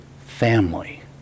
family